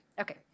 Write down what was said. Okay